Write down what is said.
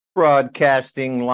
broadcasting